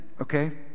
okay